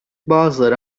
bazıları